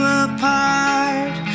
apart